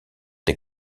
des